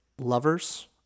lovers